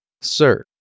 Sir